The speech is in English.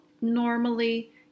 normally